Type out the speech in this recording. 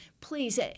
Please –